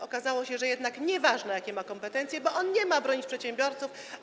Okazało się, że jednak nieważne, jakie ma kompetencje, bo on nie ma bronić przedsiębiorców.